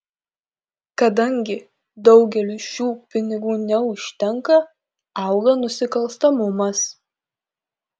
kadangi daugeliui šių pinigų neužtenka auga nusikalstamumas